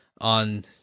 on